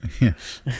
Yes